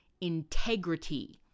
integrity